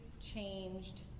changed